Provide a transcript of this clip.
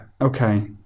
okay